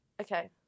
okay